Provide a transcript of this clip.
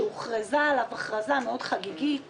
שהוכרזה עליו הכרזה חגיגית מאוד,